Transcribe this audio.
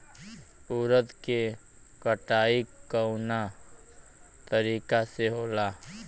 उरद के कटाई कवना तरीका से होला?